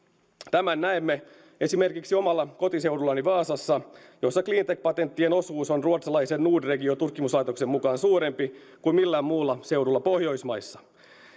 tämän näemme esimerkiksi omalla kotiseudullani vaasassa jossa cleantech patenttien osuus on ruotsalaisen nordregio tutkimuslaitoksen mukaan suurempi kuin millään muulla seudulla pohjoismaissa